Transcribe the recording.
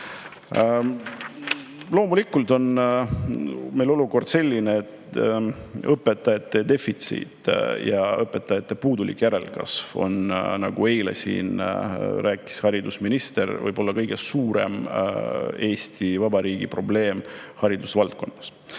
Loomulikult on meil olukord selline, et õpetajate defitsiit ja õpetajate puudulik järelkasv on, nagu haridusminister eile siin rääkis, võib-olla kõige suurem Eesti Vabariigi probleem haridusvaldkonnas.